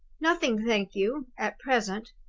nothing, thank you, at present.